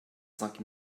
cinq